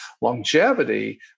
longevity